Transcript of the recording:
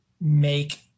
make